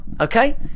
Okay